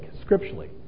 scripturally